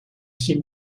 seem